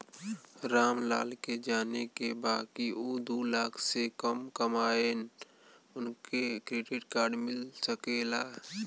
राम लाल के जाने के बा की ऊ दूलाख से कम कमायेन उनका के क्रेडिट कार्ड मिल सके ला?